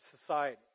society